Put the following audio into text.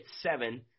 seven